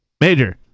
Major